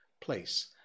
place